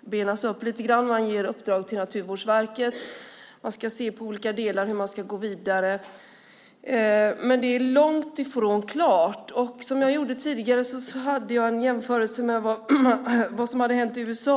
benas upp lite grann. Regeringen ger uppdrag till Naturvårdsverket. Man ska se på olika delar hur man ska gå vidare, men det är långt ifrån klart. Tidigare gjorde jag en jämförelse med vad som hänt i USA.